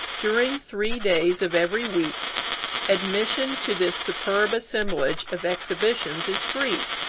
during three days of every week admission to this superb assemblage of exhibitions is free,